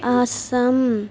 Assam